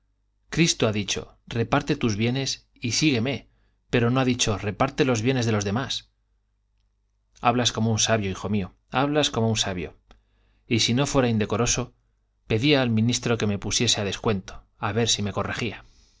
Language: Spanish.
cristo ha dicho reparte tus bienes y sígueme pero no ha dicho reparte los bienes de los demás hablas como un sabio hijo mío hablas como un sabio y si no fuera indecoroso pedía al ministro que me pusiera a descuento a ver si me corregía